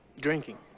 Drinking